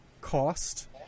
cost